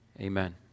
Amen